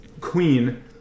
queen